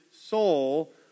soul